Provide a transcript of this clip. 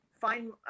find